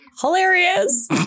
Hilarious